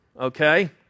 okay